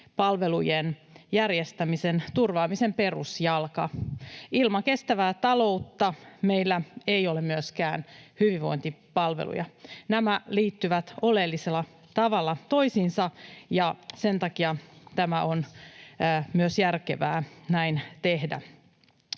hyvinvointipalvelujen järjestämisen turvaamisen perusjalka. Ilman kestävää taloutta meillä ei ole myöskään hyvinvointipalveluja. Nämä liittyvät oleellisella tavalla toisiinsa, ja sen takia tämä on myös järkevää näin tehdä.